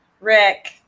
rick